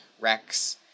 Rex